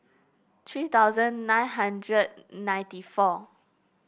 three thousand nine hundred ninety four